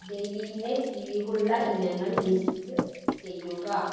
ഡെയിലിന്റെ കിഴിവുള്ള ഇനങ്ങൾ ലിസ്റ്റ് ചെയ്യുക